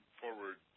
forward